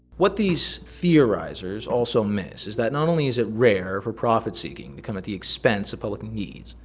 what these theorizers also miss is that not only is it rare for profit-seeking to come at the expense of public needs,